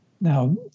Now